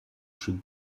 should